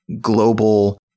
global